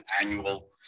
annual